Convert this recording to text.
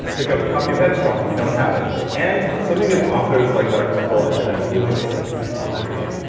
pick up a copy of headstrong, if you don't have it and something that authors, like dr. mercola and i, really pay attention is online reviews.